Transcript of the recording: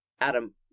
Adam